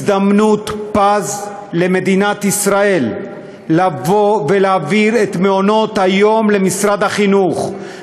הזדמנות פז למדינת ישראל לבוא ולהעביר את מעונות-היום למשרד החינוך,